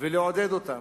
ולעודד אותן.